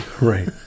Right